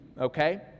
Okay